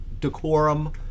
decorum